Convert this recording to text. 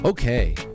Okay